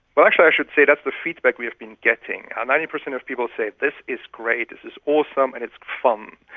but actually i should say that's the feedback we have been getting, ninety percent of people say this is great, it's awesome and it's fun,